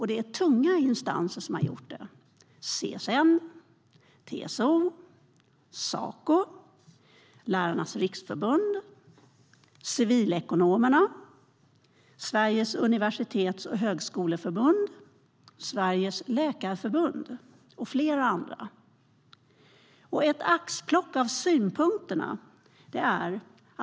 Det är tunga instanser som har gjort det: CSN, TCO, Saco, Lärarnas Riksförbund, Civilekonomerna, Sveriges universitets och högskoleförbund, Sveriges läkarförbund och flera andra. Här är ett axplock av deras synpunkter.